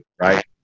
right